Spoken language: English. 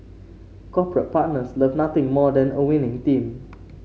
corporate partners love nothing more than a winning team